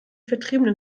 vertriebene